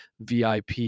VIP